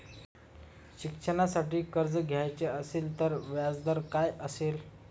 शिक्षणासाठी कर्ज घ्यायचे असेल तर व्याजदर काय असेल?